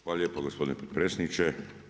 Hvala lijepa gospodine potpredsjedniče.